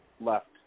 left